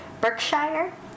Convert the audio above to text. Berkshire